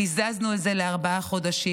קיזזנו את זה לארבעה חודשים.